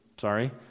Sorry